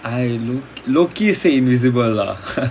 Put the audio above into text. I low low key say invisible lah